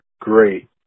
Great